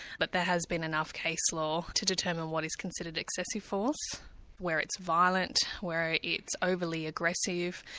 but there has been enough case law to determine what is considered excessive force where it's violent, where it's overly aggressive,